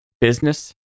business